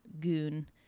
goon